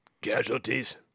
Casualties